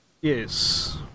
Yes